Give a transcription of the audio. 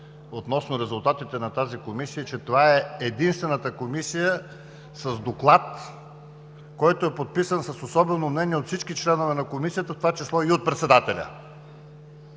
относно резултатите на тази комисия, че това е единствената комисия с Доклад, който е подписан с особено мнение от всички членове на Комисията, в това число и от председателя.